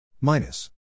minus